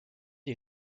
les